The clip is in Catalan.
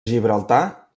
gibraltar